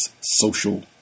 social